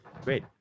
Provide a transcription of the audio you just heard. Great